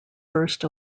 first